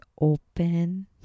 open